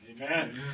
Amen